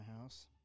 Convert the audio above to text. house